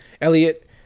Elliot